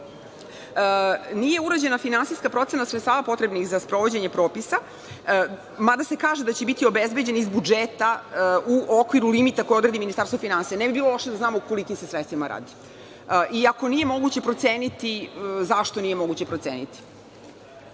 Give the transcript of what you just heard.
urađena finansijska procena sredstava potrebnih za sprovođenje propisa mada se kaže da će biti obezbeđeni iz budžeta u okviru limita koje odredi Ministarstvo finansija. Ne bi bilo loše da znamo o kolikim sredstvima se radi. I ako nije moguće proceniti, zašto nije moguće proceniti. Takođe,